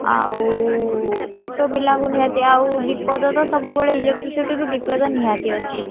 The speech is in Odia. ଆଉ ଛୋଟପିଲାଙ୍କୁ ନିହାତି ଆଉ ବିପଦ ତ ସବୁବେଳେ ଇଲେକ୍ଟ୍ରିସିଟିରୁ ବିପଦ ନିହାତି ଅଛି